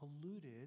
polluted